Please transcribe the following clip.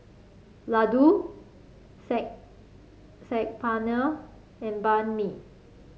Ladoo Saag Paneer and Banh Mi